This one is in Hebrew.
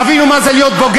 תבינו מה זה להיות בוגד,